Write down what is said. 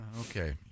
Okay